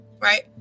Right